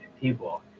people